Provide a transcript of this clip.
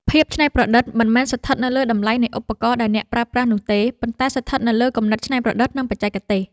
ភាពច្នៃប្រឌិតមិនមែនស្ថិតនៅលើតម្លៃនៃឧបករណ៍ដែលអ្នកប្រើប្រាស់នោះទេ ប៉ុន្តែស្ថិតនៅលើគំនិតច្នៃប្រឌិត និង បច្ចេកទេស។